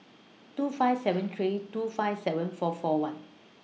two five seven three two five seven four four one